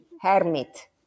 hermit